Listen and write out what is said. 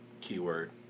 keyword